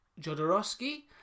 Jodorowsky